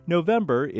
November